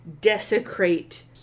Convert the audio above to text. desecrate